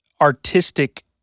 artistic